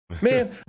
man